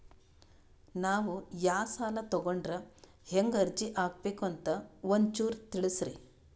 ನಾವು ಯಾ ಸಾಲ ತೊಗೊಂಡ್ರ ಹೆಂಗ ಅರ್ಜಿ ಹಾಕಬೇಕು ಅಂತ ಒಂಚೂರು ತಿಳಿಸ್ತೀರಿ?